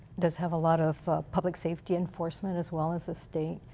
does have a lot of public safety enforcement as well as the state.